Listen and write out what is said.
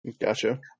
Gotcha